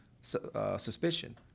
suspicion